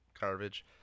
garbage